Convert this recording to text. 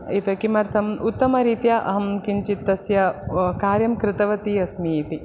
एतत् किमर्थम् उत्तमरीत्या अहं किञ्चित् तस्य कार्यं कृतवती अस्मि इति